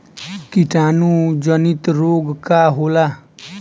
कीटाणु जनित रोग का होला?